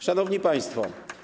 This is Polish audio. Szanowni Państwo!